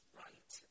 right